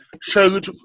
showed